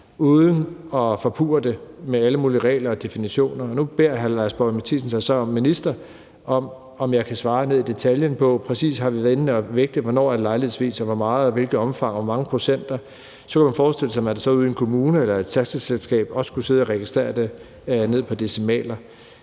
uden at forpurre det med alle mulige regler og definitioner, og nu beder hr. Lars Boje Mathiesen mig så om, om jeg som minister kan svare ned i detaljen på, om vi præcis har været inde at vægte, hvornår »lejlighedsvis« er; hvor meget, i hvilket omfang og hvor mange procenter. Så kunne man forestille sig, at de ude i en kommune eller i et taxaselskab skulle sidde og registrere det ned på decimaler.